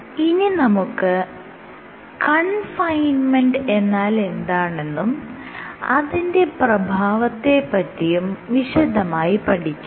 ഇനി നമുക്ക് കൺഫൈൻമെന്റ് എന്നാൽ എന്താണെന്നും അതിന്റെ പ്രഭാവത്തെ പറ്റിയും വിശദമായി പഠിക്കാം